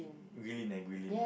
Guilin eh Guilin